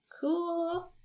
Cool